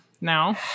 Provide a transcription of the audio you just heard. now